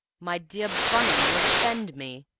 my dear bunny, you offend me!